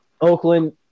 Oakland